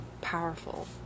powerful